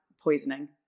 poisoning